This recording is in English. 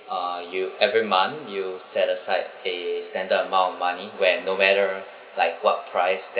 uh you every month you set aside a standard amount of money where no matter like what price